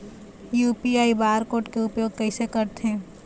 UPI bar code के उपयोग कैसे करथें?